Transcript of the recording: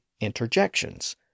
interjections